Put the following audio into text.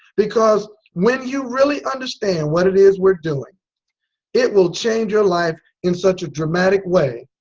because when you really understand what it is we're doing it will change your life in such a dramatic way